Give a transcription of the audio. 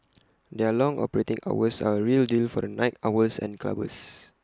their long operating hours are A real deal for the night owls and clubbers